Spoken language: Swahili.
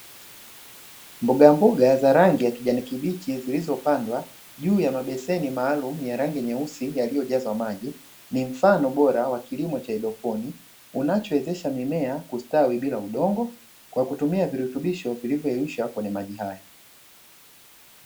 Mbogamboga za rangi ya kijani kibichi zilizopandwa juu ya mabeseni yenye rangi meusi yaliyojazwa maji, ni mfano bora wa kilimo cha haidroponi ulichowezesha mimea kustawi bila udongo kwa kutumia virutubisho vinavyoyeyushwa kwenye maji haya.